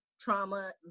trauma